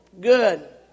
good